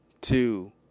two